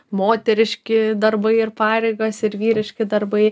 moteriški darbai ir pareigos ir vyriški darbai